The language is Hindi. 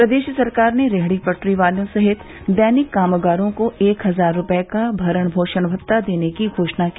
प्रदेश सरकार ने रेहड़ी पटरी वालों सहित दैनिक कामगारों को एक हजार रूपये का भरण पोषण भत्ता देने की घोषणा की